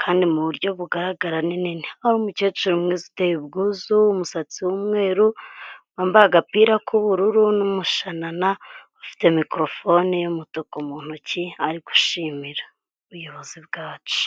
kandi mu buryo bugaragara nini, hari umukecuru mwiza uteye ubwuzu w'umusatsi w'umweru wambaye agapira k'ubururu n'umushanana ufite microphone y'umutuku mu ntoki ari gushimira ubuyobozi bwacu.